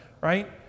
right